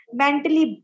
mentally